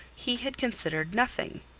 he had considered nothing.